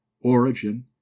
origin